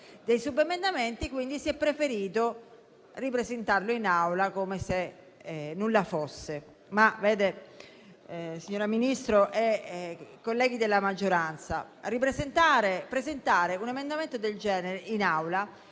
dei subemendamenti; quindi si è preferito ripresentarlo in Aula, come se nulla fosse. Ma vede, signora Ministro e colleghi della maggioranza, presentare un emendamento del genere in Aula